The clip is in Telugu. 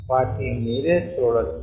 వాటిల్ని మీరే చూడొచ్చు